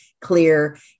clear